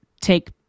take